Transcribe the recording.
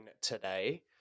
today